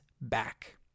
back